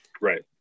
Right